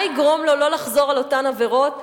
מה יגרום לו לא לחזור על אותן עבירות,